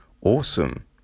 Awesome